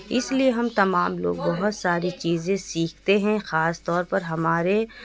اس لیے ہم تمام لوگ بہت ساری چیزیں سیکھتے ہیں خاص طور پر ہمارے